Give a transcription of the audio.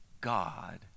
God